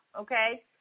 Okay